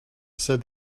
said